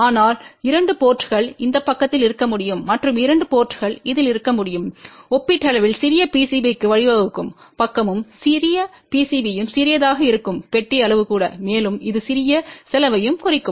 ஆனால் 2 போர்ட்ங்கள் இந்த பக்கத்தில் இருக்க முடியும் மற்றும் 2 போர்ட்ங்கள் இதில் இருக்க முடியும் ஒப்பீட்டளவில் சிறிய PCBக்கு வழிவகுக்கும் பக்கமும் சிறிய PCBயும் சிறியதாக இருக்கும் பெட்டி அளவு கூட மேலும் இது சிறிய செலவையும் குறிக்கும்